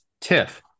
TIFF